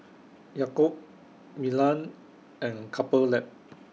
Yakult Milan and Couple Lab